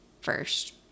first